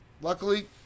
luckily